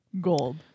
gold